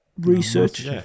research